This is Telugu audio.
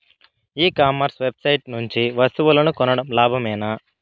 ఈ కామర్స్ వెబ్సైట్ నుండి వస్తువులు కొనడం లాభమేనా?